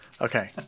Okay